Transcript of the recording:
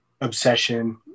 obsession